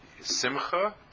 simcha